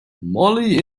molly